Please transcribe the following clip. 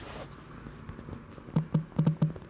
and like how they are managed to